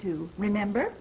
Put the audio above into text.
to remember